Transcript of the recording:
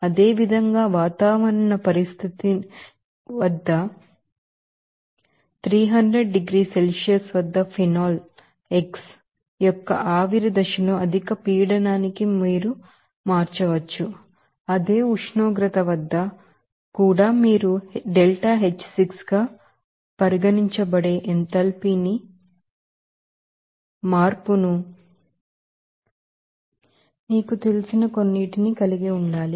అదేవిధంగా వాతావరణ కండిషన్ వద్ద 300 డిగ్రీల సెల్సియస్ వద్ద ఫినాల్ ఎక్స్ యొక్క వాపోర్ స్టేట్ హయ్యర్ ప్రెషర్ కి మీరు మార్చవచ్చు అదే ఉష్ణోగ్రత వద్ద కూడా మీరు ΔH6గా పరిగణించబడే ఎంథాల్పీ మార్పును మీకు తెలిసిన కొన్నింటిని కలిగిఉండాలి